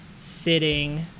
sitting